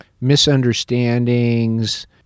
misunderstandings